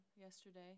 yesterday